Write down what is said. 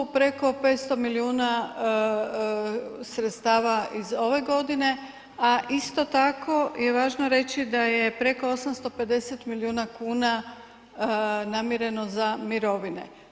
To su preko 500 milijuna sredstava iz ove godine a isto tako i važno je reći da je preko 850 milijuna kuna namireno za mirovine.